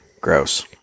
gross